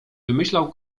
wymyślał